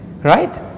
right